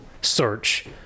search